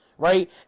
Right